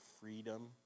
freedom